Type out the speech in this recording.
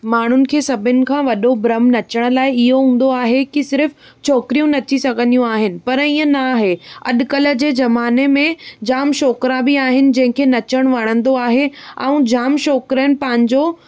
माण्हुनि खें अभिनि खां वॾो भरम नचनु लाइ इयो हूंदो आहे की सिर्फ़ु छोकरियूं नची सघंदियूं आहिनि पर ईअं न आहे अॼकल्ह जे जमाने में जाम छोकिरा बि आहिनि जंहिंखे नचिणो वणंदो आहे ऐं जाम छोकरनि पंहिंजो भविष्य बि